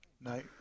No